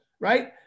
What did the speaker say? right